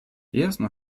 ясно